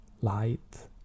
light